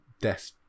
death